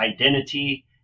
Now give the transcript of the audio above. identity